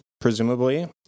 presumably